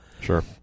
Sure